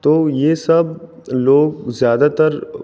तो ये सब लोग ज़्यादातर